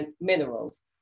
minerals